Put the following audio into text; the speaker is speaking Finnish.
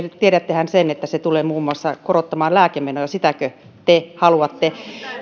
tiedättehän sen että se tulee muun muassa korottamaan lääkemenoja sitäkö te haluatte